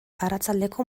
arratsaldeko